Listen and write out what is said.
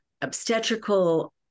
obstetrical